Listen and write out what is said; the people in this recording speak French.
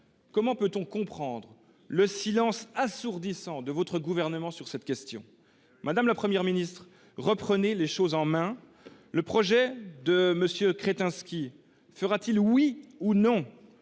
comment comprendre le silence assourdissant de votre gouvernement sur cette question ? Madame la première ministre, reprenez les choses en main ! Le projet de M. Kretinsky fera t il, oui ou non,